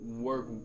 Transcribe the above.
work